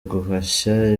guhashya